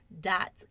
dot